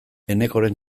enekoren